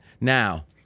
now